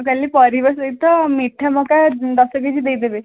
ଆଉ କାଲି ପରିବା ସହିତ ମିଠା ମକା ଦଶ କେଜି ଦେଇଦେବେ